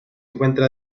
encuentra